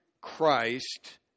Christ